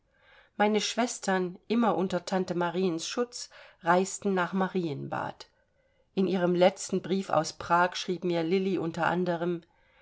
meine schwestern immer unter tante mariens schutz reisten nach marienbad in ihrem letzten brief aus prag schrieb mir lilli unter anderem